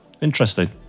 interesting